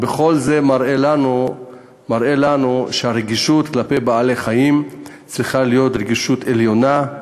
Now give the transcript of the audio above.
וכל זה מראה לנו שהרגישות כלפי בעלי-חיים צריכה להיות רגישות עליונה.